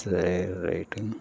சேரி ரைட்டுங்க